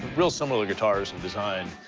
real similar guitars in design.